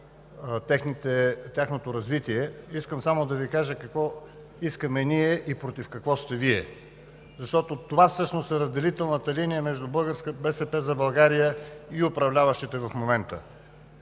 тяхното развитие, искам само да Ви кажа какво искаме ние и против какво сте Вие. Това всъщност е разделителната линия между „БСП за България“ и управляващите в момента.